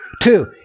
Two